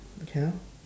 okay